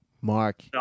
Mark